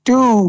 Two